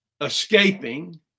escaping